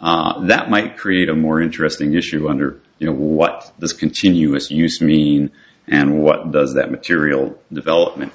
that might create a more interesting issue under you know what this continuous use mean and what does that material development